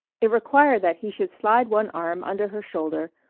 it required that he should slide one arm under her shoulder,